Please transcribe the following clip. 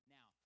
Now